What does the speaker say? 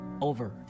over